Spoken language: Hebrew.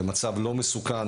לא מסוכן,